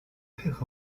配合